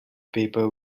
paper